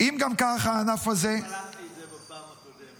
אם גם ככה הענף הזה --- אני בלמתי את זה בפעם הקודמת,